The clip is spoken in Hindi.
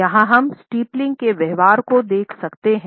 यहाँ हम स्टिप्लिंग के व्यवहार को देख सकते हैं